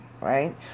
right